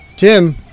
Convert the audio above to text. Tim